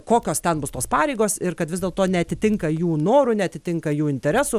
kokios ten bus tos pareigos ir kad vis dėlto neatitinka jų norų neatitinka jų interesų